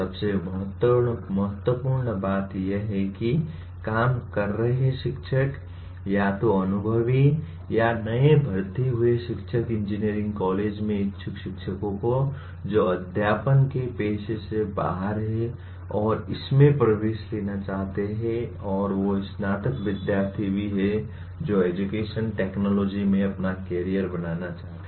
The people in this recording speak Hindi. सबसे महत्वपूर्ण बात यह है कि काम कर रहे शिक्षक या तो अनुभवी या नए भर्ती हुए शिक्षक इंजीनियरिंग कॉलेजों में इच्छुक शिक्षकों जो अध्यापन के पेशे से बाहर हैं और इसमें प्रवेश लेना चाहते हैं और वे स्नातक विद्यार्थी भी हैं जो एजुकेशन टेक्नोलॉजी में अपना करियर बनाना चाहते हैं